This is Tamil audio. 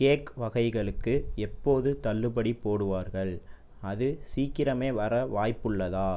கேக் வகைகளுக்கு எப்போது தள்ளுபடி போடுவார்கள் அது சீக்கிரமே வர வாய்ப்புள்ளதா